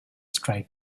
tried